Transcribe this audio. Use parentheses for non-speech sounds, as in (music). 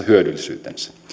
(unintelligible) hyödyllisyytensä